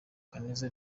kaneza